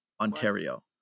Ontario